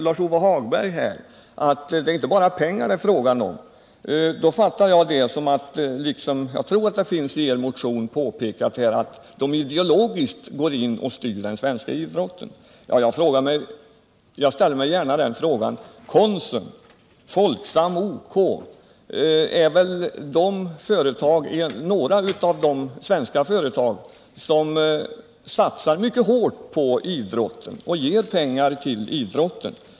Lars-Ove Hagberg säger att det inte bara är pengar som det är fråga om. Jag tror att det påpekas i vpk:s motion att kommersiella företag ideologiskt styr den svenska idrotten. Konsum, Folksam och OK är några av de svenska företag som satsar mycket hårt på idrotten och ger pengar till den.